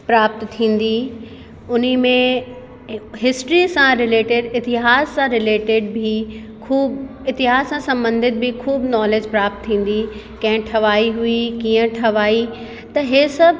प्राप्त थींदी हुन में हिस्ट्री सां रिलेटिड इतिहास सां रिलेटिड बि ख़ूबु इतिहास सां संबंधित बि ख़ूबु नॉलेज प्राप्त थींदी कंहिं ठाहिराई हुई कीअं ठाही त इहे सभु